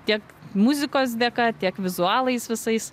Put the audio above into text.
tiek muzikos dėka tiek vizualais visais